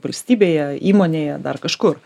valstybėje įmonėje dar kažkur